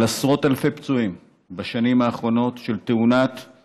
של עשרות אלפי פצועים בשנים האחרונות בתאונות